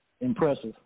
Impressive